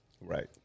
Right